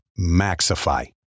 Maxify